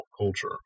culture